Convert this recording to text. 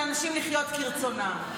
למול זה שזכותם של אנשים לחיות כרצונם.